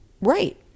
Right